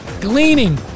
gleaning